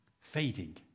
fading